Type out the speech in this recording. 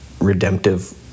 redemptive